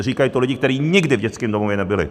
Říkají to lidi, kteří nikdy v dětském domově nebyli.